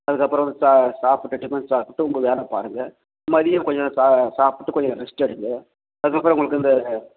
அதுக்கப்புறம் வந்து சாப்பிட்டுட்டு டிஃபன் சாப்பிட்டுட்டு உங்கள் வேலை பாருங்கள் மதியம் கொஞ்சம் சாப்பிட்டு கொஞ்சம் ரெஸ்ட் எடுங்கள் அதுக்கப்புறம் உங்களுக்கு இந்த